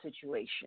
situation